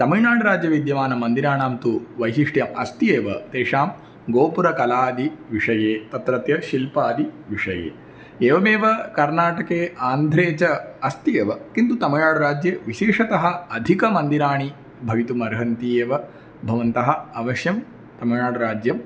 तमिळ्नाडुराज्ये विद्यमानानां मन्दिराणां तु वैशिष्ट्यम् अस्ति एव तेषां गोपुर कलादि विषये तत्रत्य शिल्पादि विषये एवमेव कर्नाटके आन्ध्रे च अस्ति एव किन्तु तमिळ्नाडुराज्ये विशेषतः अधिकमन्दिराणि भवितुमर्हन्ति एव भवन्तः अवश्यं तमिळ्नाडुराज्यम्